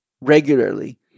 regularly